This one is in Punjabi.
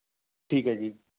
ਠੀਕ ਹੈ ਜੀ